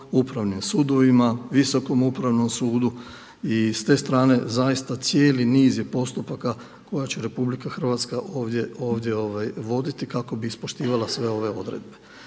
Upravnim sudovima, Visokom upravnom sudu i s te strane zaista cijeli niz je postupaka koje će RH ovdje voditi kako bi ispoštivala sve ove odredbe.